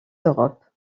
d’europe